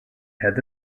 head